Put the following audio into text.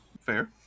Fair